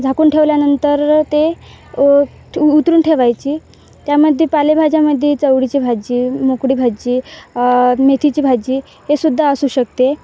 झाकून ठेवल्यानंतर ते उ उतरून ठेवायची त्यामध्ये पालेभाज्यामध्ये चवळीची भाजी मोकळी भाजी मेथीची भाजी हे सुद्धा असू शकते